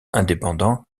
indépendant